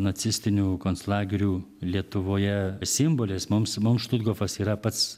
nacistinių konclagerių lietuvoje simbolis mums mums štuthofas yra pats